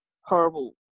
horrible